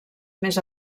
més